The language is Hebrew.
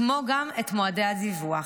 כמו גם את מועדי הדיווח.